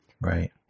Right